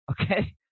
Okay